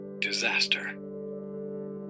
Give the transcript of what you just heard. Disaster